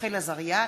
רחל עזריה,